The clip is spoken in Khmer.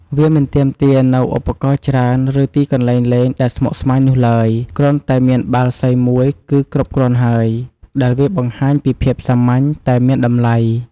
វាមិនទាមទារនូវឧបករណ៍ច្រើន ឬទីកន្លែងលេងដែលស្មុគស្មាញនោះឡើយ គ្រាន់តែមានបាល់សីមួយគឺគ្រប់គ្រាន់ហើយ ដែលវាបង្ហាញពីភាពសាមញ្ញតែមានតម្លៃ។